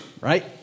right